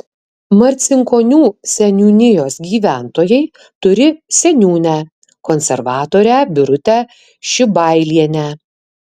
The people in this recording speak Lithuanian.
marcinkonių seniūnijos gyventojai turi seniūnę konservatorę birutę šibailienę